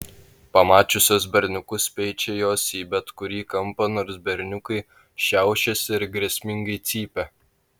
pamačiusios berniukus speičia jos į bet kurį kampą nors berniukai šiaušiasi ir grėsmingai cypia